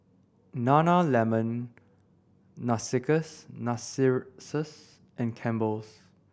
Nana Lemon Narcissus and Campbell's